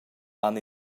han